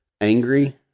angry